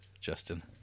justin